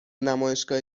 نمایشگاه